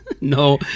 No